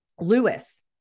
Lewis